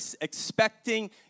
expecting